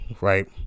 right